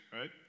right